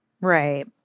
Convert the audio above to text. Right